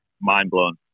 mind-blown